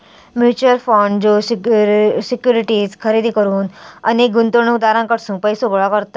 mutual fund ज्यो securities खरेदी करुक अनेक गुंतवणूकदारांकडसून पैसो गोळा करता